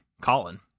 Colin